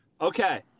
Okay